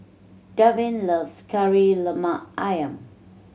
Darvin loves Kari Lemak Ayam